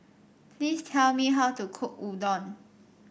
please tell me how to cook Udon